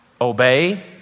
Obey